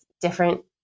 different